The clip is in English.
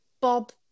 Bob